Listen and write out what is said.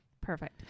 perfect